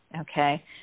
okay